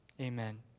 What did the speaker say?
Amen